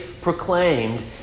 proclaimed